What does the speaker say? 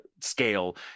scale